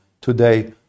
today